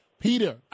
Peter